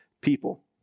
people